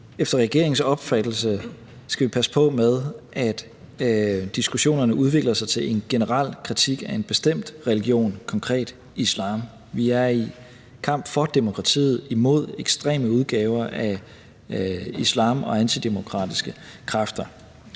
efter regeringens opfattelse skal passe på med, at diskussionerne udvikler sig til en generel kritik af en bestemt religion, konkret islam. Vi er i kamp for demokratiet og imod ekstreme udgaver af islam og antidemokratiske kræfter.